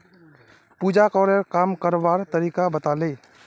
पूजाकरे काम करवार तरीका बताले